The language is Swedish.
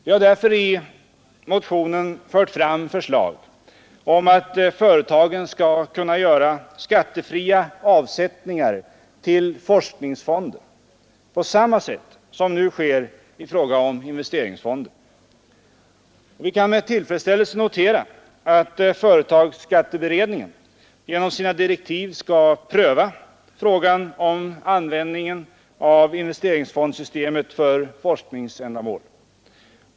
Vi har därför i motionen fört fram förslag om att företagen skall kunna göra skattefria avsättningar till forskningsfonder på samma sätt som nu sker i fråga om investeringsfonder. Vi kan med tillfredsställelse notera att företagsskatteberedningen genom sina direktiv fått i uppdrag att pröva frågan om användning av investeringsfondssystemet för forskningsända mål.